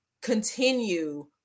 continue